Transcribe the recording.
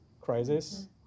crisis